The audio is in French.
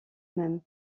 même